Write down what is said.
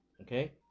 okay